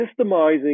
systemizing